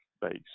base